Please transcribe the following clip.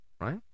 right